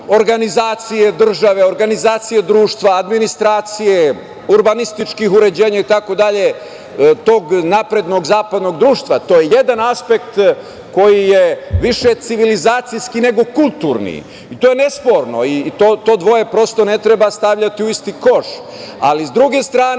organizacije države, društva, administracije, urbanističkih uređenja itd, tog naprednog zapadnog društva, to je jedan aspekt koji je više civilizaciji, nego kulturni, i to je nesporno, to dvoje prosto ne treba stavljati u isti koš. Ali, s druge strane,